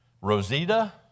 Rosita